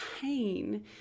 pain